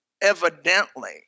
evidently